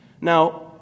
now